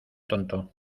tonto